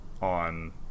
on